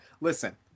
Listen